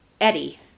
Eddie